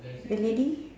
the lady